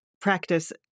practice